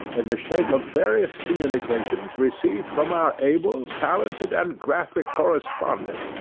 in the shape of various communications received from our able, talented, and graphic correspondent,